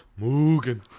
Mugen